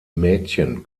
mädchen